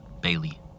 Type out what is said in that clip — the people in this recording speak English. Bailey